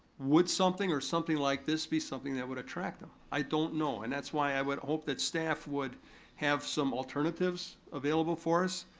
would something or something like this be something that would attract them? i don't know, and that's why i would hope that staff would have some alternatives available for us.